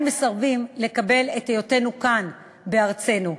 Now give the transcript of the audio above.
מסרבים לקבל את היותנו כאן בארצנו.